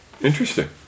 Interesting